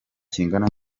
kingana